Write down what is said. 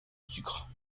sucre